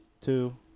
two